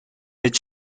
hit